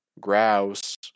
Grouse